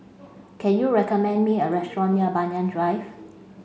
can you recommend me a restaurant near Banyan Drive